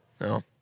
No